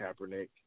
Kaepernick